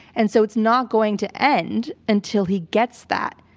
and so it's not going to end until he gets that,